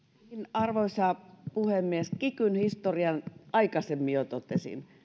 arvoisa puhemies kikyn historian aikaisemmin jo totesin